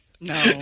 No